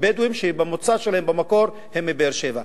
בדואים שבמוצא שלהם, במקור, הם מבאר-שבע.